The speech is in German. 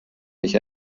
mich